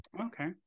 okay